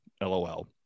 LOL